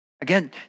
Again